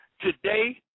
Today